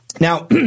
Now